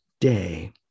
day